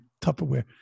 Tupperware